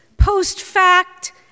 post-fact